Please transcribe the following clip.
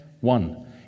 One